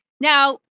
Now